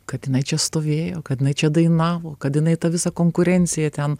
kad jinai čia stovėjo kad jinai čia dainavo kad jinai tą visą konkurenciją ten